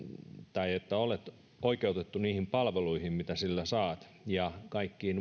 jotta olet oikeutettu niihin palveluihin mitä sillä saat ja kaikkiin